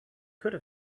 could